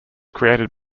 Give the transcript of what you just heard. created